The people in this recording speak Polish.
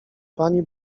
pani